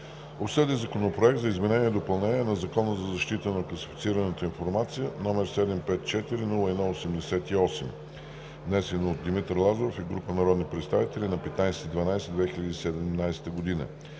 обсъди Законопроект за изменение и допълнение на Закона за защита на класифицираната информация, № 754-01-88, внесен от Димитър Лазаров и група народни представители на 15 декември